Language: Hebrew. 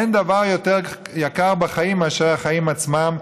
אין דבר יותר יקר בחיים מאשר החיים עצמם,